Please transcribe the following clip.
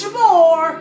more